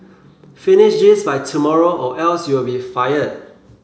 finish this by tomorrow or else you'll be fired